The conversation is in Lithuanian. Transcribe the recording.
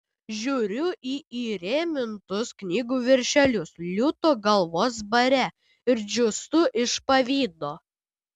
žiūriu į įrėmintus knygų viršelius liūto galvos bare ir džiūstu iš pavydo